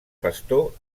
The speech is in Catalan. pastor